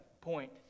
point